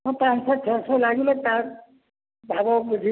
ପାଞ୍ଚଶହ ଛଅ ଶହ ଲାଗିଲେ ତା ଭାବ ବୁଝି